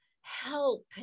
help